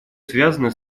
связаны